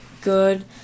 good